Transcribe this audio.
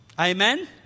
Amen